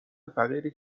فقیری